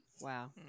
Wow